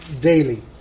daily